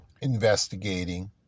investigating